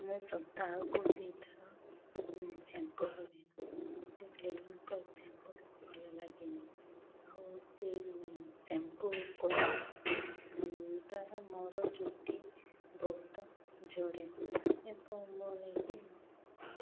ମୁଁ ସପ୍ତାହକୁ ଦୁଇଥର ଶ୍ୟାମ୍ପୁ କରେ ମୋତେ କ୍ଲିନିକ ପ୍ଲସ ଶ୍ୟାମ୍ପୁଟା ଭଲ ଲାଗେନି ଆଉ ସେ ଶ୍ୟାମ୍ପୁ କରିବା ଦ୍ୱାରା ମୋର ଚୁଟି ବହୁତ ଝଡ଼େ ଏବଂ ମୁଁ ନେଇକି